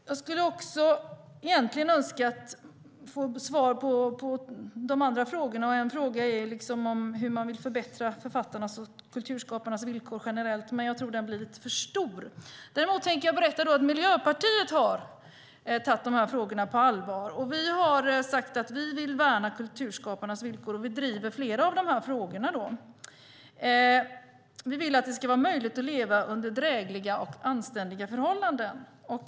En annan fråga är hur man vill förbättra författarnas och kulturskaparnas villkor generellt, men jag tror att den är lite för stor. Miljöpartiet har tagit dessa frågor på allvar. Vi vill värna kulturskaparnas villkor och driver flera av dessa frågor. Vi vill att det ska vara möjligt att leva under drägliga och anständiga förhållanden.